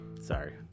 Sorry